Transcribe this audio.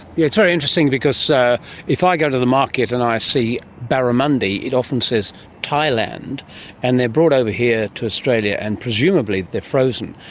yeah it's very interesting because so if i go to the market and i see barramundi it often says thailand and they're brought over here to australia and presumably they're frozen.